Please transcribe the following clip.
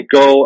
go